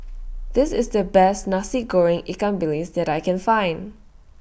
This IS The Best Nasi Goreng Ikan Bilis that I Can Find